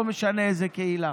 לא משנה איזו קהילה.